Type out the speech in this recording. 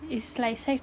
it's like